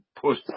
push